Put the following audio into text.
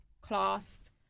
classed